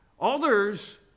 Others